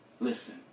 Listen